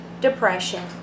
depression